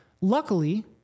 Luckily